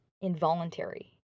involuntary